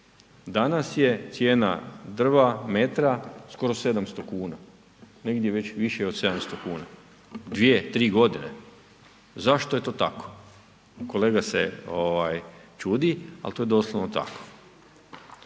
Danas je cijena drva metra skoro 700 kn, negdje već više od 700 kuna, 2, 3 g., zašto je to tako? Kolega se čudi ali to je doslovno tako.